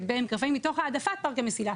בעמק רפאים מתוך העדפת פארק המסילה,